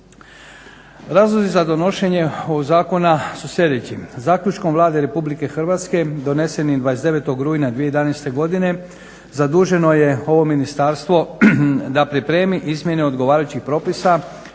Razlozi za donošenje ovog zakona su sljedeći, zaključkom Vlade RH doneseni 29. rujna 2011. godine zaduženo je ovo ministarstvo da pripremi izmjene odgovarajućih propisa